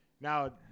Now